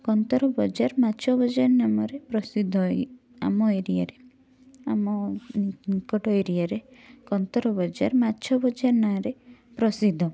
କନ୍ଦର ବଜାର ମାଛ ବଜାର ନାମରେ ପ୍ରସିଦ୍ଧ ଏଇ ଆମ ଏରିୟାରେ ଆମ ନିକଟ ଏରିୟାରେ କନ୍ଦରବଜାର ମାଛ ବଜାର ନାଁରେ ପ୍ରସିଦ୍ଧ